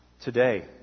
today